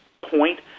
point